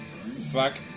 Fuck